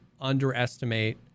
underestimate